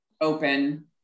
Open